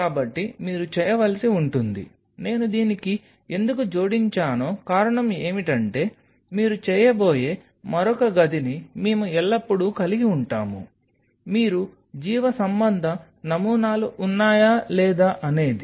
కాబట్టి మీరు చేయవలసి ఉంటుంది నేను దీనికి ఎందుకు జోడించానో కారణం ఏమిటంటే మీరు చేయబోయే మరొక గదిని మేము ఎల్లప్పుడూ కలిగి ఉంటాము మీరు జీవసంబంధ నమూనాలు ఉన్నాయా లేదా అనేది